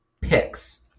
Picks